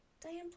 Diane